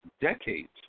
decades